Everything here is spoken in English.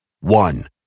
One